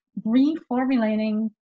reformulating